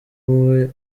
uwe